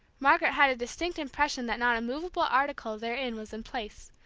margaret had a distinct impression that not a movable article therein was in place,